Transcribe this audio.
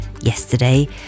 Yesterday